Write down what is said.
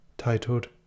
titled